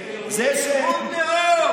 ארגון טרור.